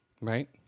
Right